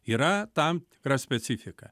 yra tam tikra specifika